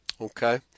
Okay